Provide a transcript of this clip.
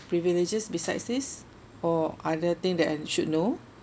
privileges besides this or other thing that I should know